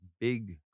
big